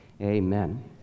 Amen